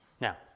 Now